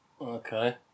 Okay